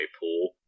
pool